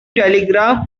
telegraph